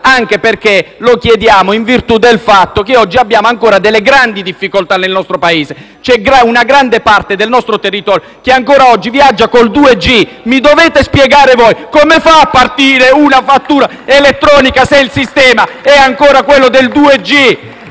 richiesta anche in virtù del fatto che oggi abbiamo ancora delle grandi difficoltà nel nostro Paese: una grande parte del nostro territorio ancora oggi viaggia con il 2G, mi dovete spiegare, allora, come fa a partire una fattura elettronica, se il sistema è ancora quello del 2G.